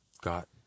got